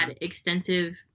extensive